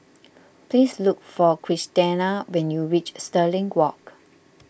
please look for Christena when you reach Stirling Walk